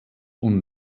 und